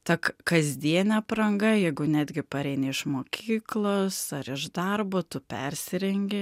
ta kasdienė apranga jeigu netgi pareini iš mokyklos ar iš darbo tu persirengi